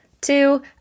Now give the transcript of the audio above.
Two